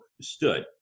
stood